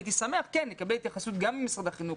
הייתי שמח כן לקבל התייחסות גם ממשרד החינוך,